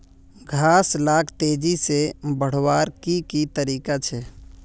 घास लाक तेजी से बढ़वार की की तरीका छे?